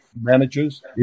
managers